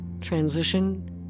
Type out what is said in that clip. transition